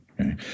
Okay